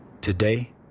today